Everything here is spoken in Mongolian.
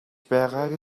байгааг